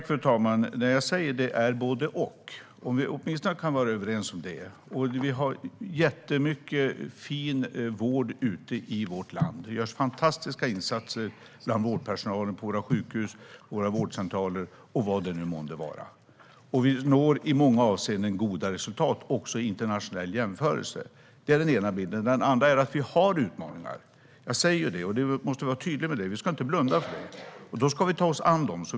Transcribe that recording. Fru talman! Jag säger att det är både och. Kan vi åtminstone vara överens om det? Vi har jättemycket fin vård i vårt land. Det görs fantastiska insatser bland vårdpersonalen på våra sjukhus, våra vårdcentraler och vad det nu månde vara. Vi når i många avseenden goda resultat, också i en internationell jämförelse. Det är den ena bilden. Den andra är att vi har utmaningar - jag säger det. Vi måste vara tydliga med det. Vi ska inte blunda för det. Då ska vi ta oss an dem.